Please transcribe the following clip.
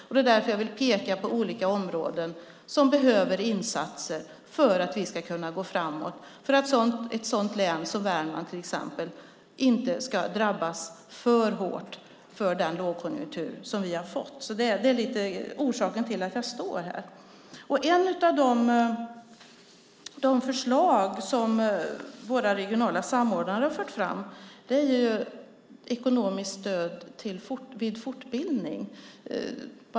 Och det är därför jag vill peka på olika områden som behöver insatser för att vi ska kunna gå framåt, för att ett län som Värmland till exempel inte ska drabbas för hårt av den lågkonjunktur som vi har fått. Det är orsaken till att jag står här. Ett av de förslag som våra regionala samordnare har fört fram är ekonomiskt stöd vid fortbildning.